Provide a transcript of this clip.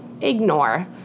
Ignore